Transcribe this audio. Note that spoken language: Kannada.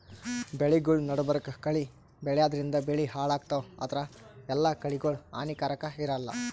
ಬೆಳಿಗೊಳ್ ನಡಬರ್ಕ್ ಕಳಿ ಬೆಳ್ಯಾದ್ರಿನ್ದ ಬೆಳಿ ಹಾಳಾಗ್ತಾವ್ ಆದ್ರ ಎಲ್ಲಾ ಕಳಿಗೋಳ್ ಹಾನಿಕಾರಾಕ್ ಇರಲ್ಲಾ